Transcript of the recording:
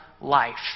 life